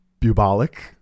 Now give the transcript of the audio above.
bubolic